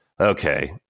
okay